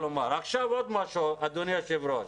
עוד משהו, אדוני היושב-ראש.